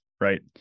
right